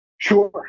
Sure